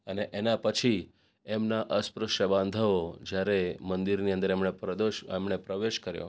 અને એના પછી એમના અસ્પૃશ્ય વાંધાઓ જ્યારે મંદિરની અંદર એમણે પ્રદોષ એમને પ્રવેશ કર્યો